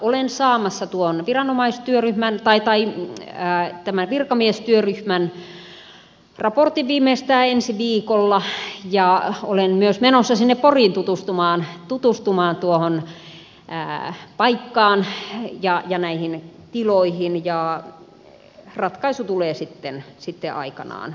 olen saamassa tuon viranomaistyöryhmään tai taimen jää tämän virkamiestyöryhmän raportin viimeistään ensi viikolla ja olen myös menossa sinne poriin tutustumaan tuohon paikkaan ja noihin tiloihin ja ratkaisu tulee sitten aikanaan